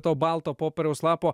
to balto popieriaus lapo